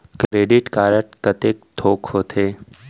Credit card कतेक ठोक होथे?